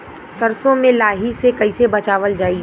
सरसो में लाही से कईसे बचावल जाई?